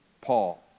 Paul